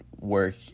work